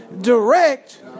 Direct